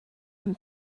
him